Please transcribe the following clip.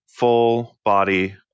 full-body